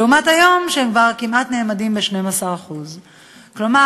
לעומת היום שהם כבר נאמדים בכמעט 12%. כלומר,